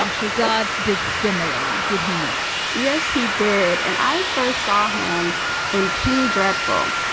um shahzad did similarly. did he not? yes, he did. and i first saw him in penny dreadful.